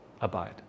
Abide